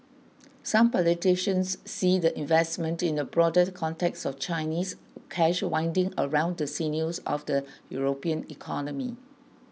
some politicians see the investment in a broader context of Chinese cash winding around the sinews of the European economy